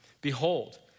Behold